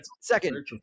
Second